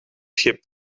schip